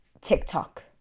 TikTok